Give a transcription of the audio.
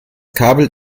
kabel